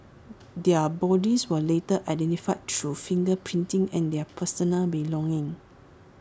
their bodies were later identified through finger printing and their personal belongings